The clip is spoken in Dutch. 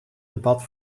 debat